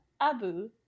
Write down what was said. Abu